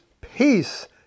peace